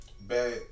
bad